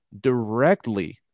directly